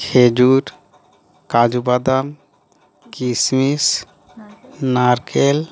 খেজুর কাজুবাদাম কিসমিশ নারকেল